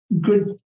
good